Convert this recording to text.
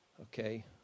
Okay